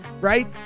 right